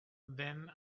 then